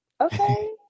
okay